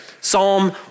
Psalm